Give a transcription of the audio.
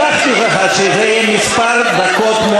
אני הבטחתי לך שזה יהיה מספר דקות.